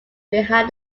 behind